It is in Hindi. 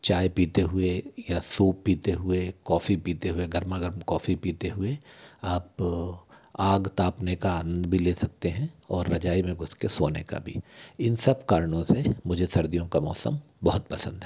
चाय पीते हुए या सूप पीते हुए कॉफ़ी पीते हुए गरमा गरम कॉफ़ी पीते हुए आप आग तापने का आनंद भी ले सकते हैं और रज़ाई में घुस के सोने का भी इन सब कारणों से मुझे सर्दियों का मौसम बहुत पसंद है